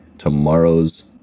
tomorrow's